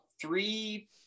three